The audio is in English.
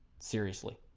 seriously